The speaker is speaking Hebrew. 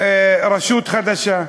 רשות חדשה.